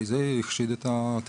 אולי זה החשיד את הטכנולוגיה